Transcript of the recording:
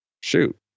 Shoot